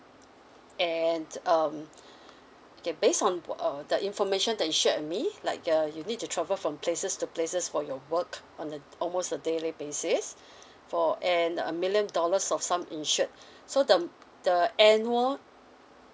and um okay base on what uh the information that you shared with me like uh you need to travel from places to places for your work on a almost a daily basis for and a million dollars of sum insured so the the annual